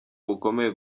bukomeye